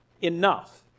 enough